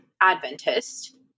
Adventist